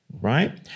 Right